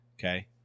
Okay